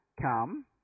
come